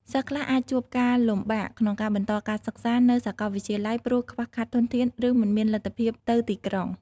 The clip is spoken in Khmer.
សិស្សខ្លះអាចជួបការលំបាកក្នុងការបន្តការសិក្សានៅសាកលវិទ្យាល័យព្រោះខ្វះខាតធនធានឬមិនមានលទ្ធភាពទៅទីក្រុង។